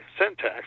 syntax